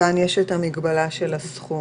כאן יש את המגבלה של הסכום.